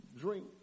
Drink